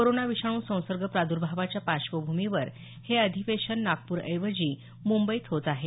corona विषाणू संसर्ग प्रादुर्भावाच्या पार्श्वभूमीवर हे अधिवेशन नागपूर ऐवजी मुंबईत होत आहे